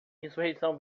insurreição